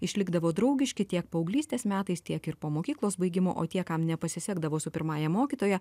išlikdavo draugiški tiek paauglystės metais tiek ir po mokyklos baigimo o tie kam nepasisekdavo su pirmąja mokytoja